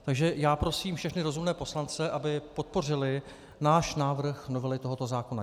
Takže já prosím všechny rozumné poslance, aby podpořili náš návrh novely tohoto zákona.